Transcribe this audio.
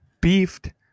beefed